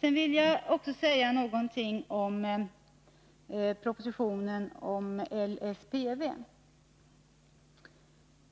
Sedan vill jag också säga någonting om propositionen om LSPV.